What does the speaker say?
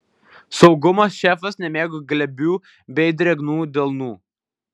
saugumo šefas nemėgo glebių bei drėgnų delnų